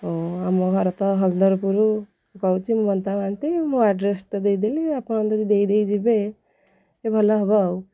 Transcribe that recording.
ହଉ ଆମ ଘର ତ ହଳଧରପୁର କହୁଛି ମୁଁ ମମତା ମହାନ୍ତି ମୁଁ ଆଡ଼୍ରେସ୍ ତ ଦେଇଦେଲି ଆପଣ ଯଦି ଦେଇ ଦେଇଯିବେ ଏ ଭଲ ହେବ ଆଉ